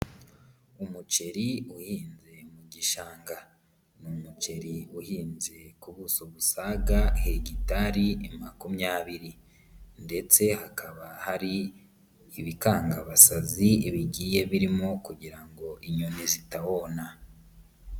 Umuceri uhinze mu gishanga, ni umuceri uhinze ku buso busaga hegitari makumyabiri ndetse hakaba hari ibikangabasazi bigiye birimo kugira ngo inyoni zitawona.